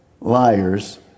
liars